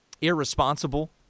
irresponsible